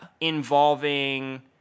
involving